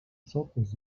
sopes